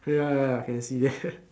ya ya ya can see